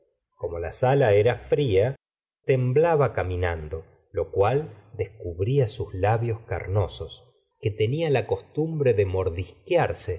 como la sala era fría temblaba caminando lo cual descubría sus labios carnosos que la señora de bovary tenia la costumbre de mordisquearse